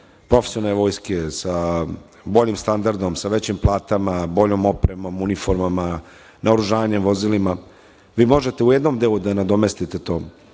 profesionalne vojske sa boljim standardom, većim platama, boljom opremom, uniformama, naoružanjem vozilima i vi možete u jednom delu da nadomestite to,